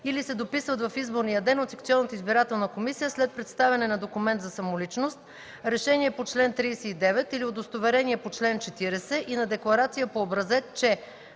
или се дописват в изборния ден от секционната избирателна комисия след представяне на документ за самоличност, решение по чл. 39 или удостоверение по чл. 40 и на декларация по образец, че: